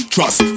Trust